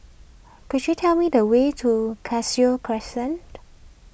could you tell me the way to Cashew Crescent